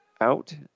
out